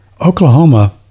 Oklahoma